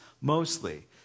mostly